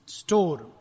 store